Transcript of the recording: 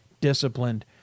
disciplined